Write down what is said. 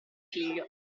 figlio